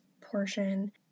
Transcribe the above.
portion